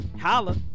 holla